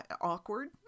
awkward